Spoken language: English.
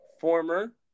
former